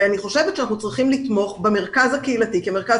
ואני חושבת שאנחנו צריכים לתמוך במרכז הקהילתי כמרכז